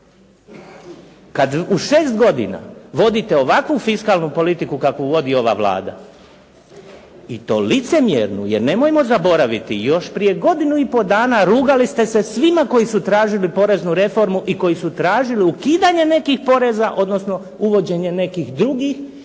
Kad u 6 godina vodite ovakvu fiskalnu politiku kakvu vodi ova Vlada i to licemjernu, jer nemojmo zaboraviti još prije godinu i pol dana rugali ste se svima koji su tražili poreznu reformu i koji su tražili ukidanje nekih poreza, odnosno uvođenje nekih drugih